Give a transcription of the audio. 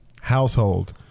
Household